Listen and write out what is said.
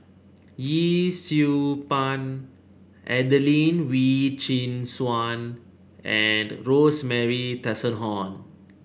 Yee Siew Pun Adelene Wee Chin Suan and Rosemary Tessensohn